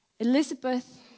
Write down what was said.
Elizabeth